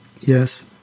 yes